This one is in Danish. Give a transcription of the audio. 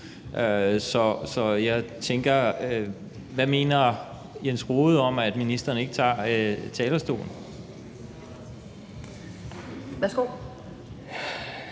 spørgsmål. Hvad mener Jens Rohde om, at ministeren ikke går på talerstolen?